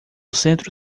centro